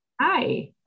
Hi